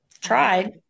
Tried